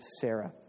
Sarah